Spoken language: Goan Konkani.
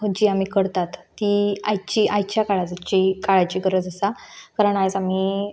खंयची आमी करतात ती आयची आयच्या काळाची काळाची गरज आसा कारण आयज आमी